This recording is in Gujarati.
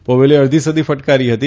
પોવેલે અડધી સદી ફટકારી હતી